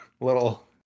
little